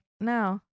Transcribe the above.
No